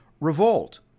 revolt